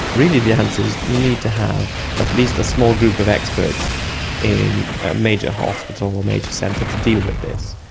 really the answer is you need to have at least a small group of experts in a major hospital or major centre to deal with this,